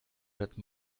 that